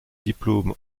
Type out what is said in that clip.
diplôme